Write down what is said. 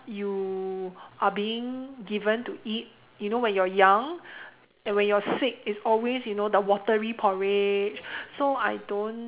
you are being given to eat you know when you're young and when you're sick it's always you know the watery porridge so I don't